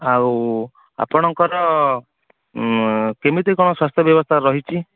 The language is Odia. ଆଉ ଆପଣଙ୍କର କେମିତି କ'ଣ ସ୍ୱାସ୍ଥ୍ୟ ବ୍ୟବସ୍ଥା ରହିଛି